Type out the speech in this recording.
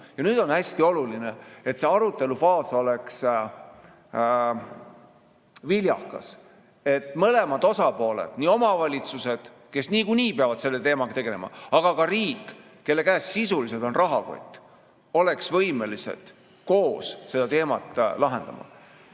Nüüd on hästi oluline, et see arutelufaas oleks viljakas, et mõlemad osapooled, nii omavalitsused, kes niikuinii peavad selle teemaga tegelema, kui ka riik, kelle käes sisuliselt on rahakott, oleks võimelised koos seda teemat lahendama.